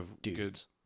dudes